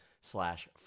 slash